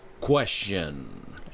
question